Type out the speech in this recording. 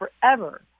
forever